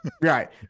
Right